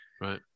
Right